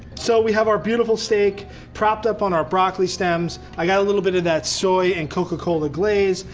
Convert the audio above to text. so we have our beautiful steak propped up on our broccoli stems. i got a little bit of that soy and coca-cola glaze.